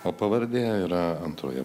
o pavardė yra antroje